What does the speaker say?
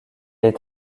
est